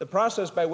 the process by